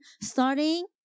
starting